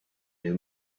new